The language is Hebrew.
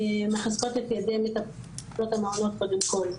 מחזקות את ידי מטפלות המעונות קודם כל,